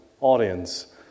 audience